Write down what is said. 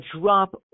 drop